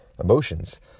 emotions